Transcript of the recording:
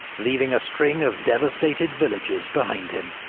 leaving a string of devastated villages behind him.